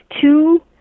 two